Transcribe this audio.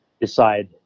decide